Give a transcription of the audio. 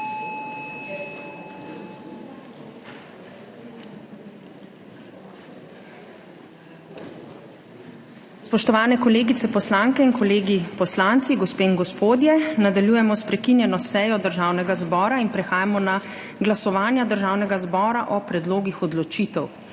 Spoštovani kolegice poslanke in kolegi poslanci, gospe in gospodje! Nadaljujemo s prekinjeno sejo Državnega zbora in prehajamo na glasovanja Državnega zbora o predlogih odločitev.